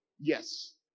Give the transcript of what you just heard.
Yes